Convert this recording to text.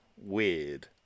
weird